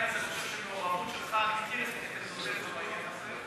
מעורבות שלך, בעניין הזה,